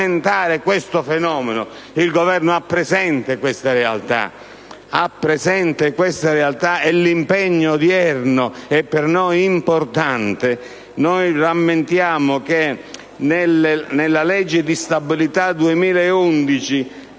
Il Governo ha presente questa realtà, e l'impegno odierno è per noi importante.